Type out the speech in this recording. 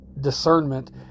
Discernment